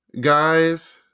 Guys